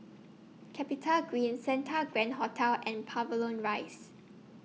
Capitagreen Santa Grand Hotel and Pavilion Rise